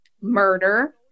murder